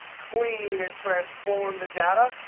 clean and transform the data.